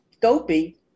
dopey